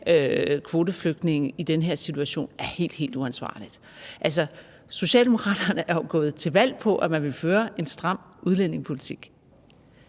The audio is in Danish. kvoteflygtninge i den her situation, er helt, helt uansvarligt. Socialdemokraterne er jo gået til valg på, at man vil føre en stram udlændingepolitik.